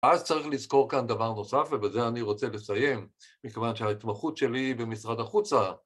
אז צריך לזכור כאן דבר נוסף, ובזה אני רוצה לסיים, מכיוון שההתמחות שלי היא במשרד החוצה.